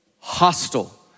hostile